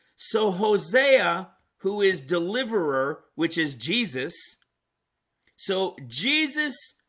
so hosea who is deliverer, which is jesus so jesus,